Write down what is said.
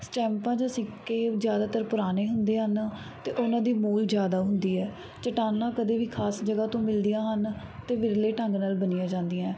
ਸਟੈਂਪਾਂ ਜਾਂ ਸਿੱਕੇ ਜ਼ਿਆਦਾਤਰ ਪੁਰਾਣੇ ਹੁੰਦੇ ਹਨ ਅਤੇ ਉਹਨਾਂ ਦੀ ਮੂਲ ਜ਼ਿਆਦਾ ਹੁੰਦੀ ਹੈ ਚੱਟਾਨਾਂ ਕਦੇ ਵੀ ਖਾਸ ਜਗ੍ਹਾ ਤੋਂ ਮਿਲਦੀਆਂ ਹਨ ਅਤੇ ਵਿਰਲੇ ਢੰਗ ਨਾਲ ਬਣੀਆਂ ਜਾਂਦੀਆਂ